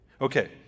okay